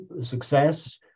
success